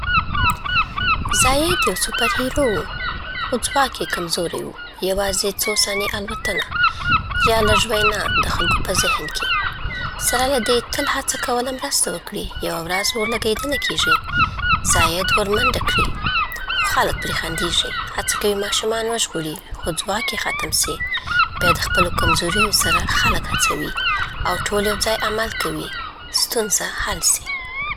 زاید یو سوپر هیرو و، خو ځواک یې کمزوری و: یوازې څو ثانیې الوتنه، یا لږه وینا د خلکو په ذهن کې. سره له دې، تل هڅه کوله مرسته وکړي. یوه ورځ، اورلګیدنه کیږي، زاید ور منډه کړي، خو خلک پرې خندېږي. هڅه کوي ماشومان وژغوري، خو ځواک یې ختم سي. بیا، د خپلو کمزوریو سره، خلک هڅوي، او ټول یوځای عمل کوي. ستونزه حل سی.